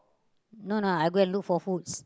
no no I go and look for food